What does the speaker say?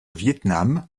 vietnam